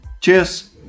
Cheers